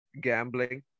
gambling